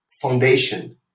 foundation